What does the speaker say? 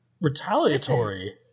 retaliatory